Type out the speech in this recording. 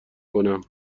کنم